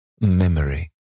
memory